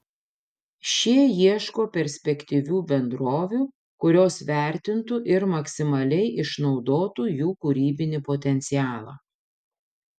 šie ieško perspektyvių bendrovių kurios vertintų ir maksimaliai išnaudotų jų kūrybinį potencialą